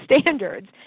standards